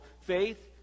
faith